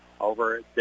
over